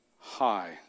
high